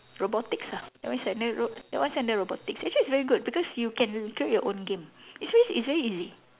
robotics ah that means that's under rob~ that one is under robotics actually it's very good because you can create your own game it's very it's very easy